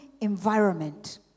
environment